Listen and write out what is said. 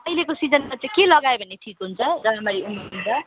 अहिलेको सिजनमा चाहिँ के लगायो भने ठिक हुन्छ जनवरी तिर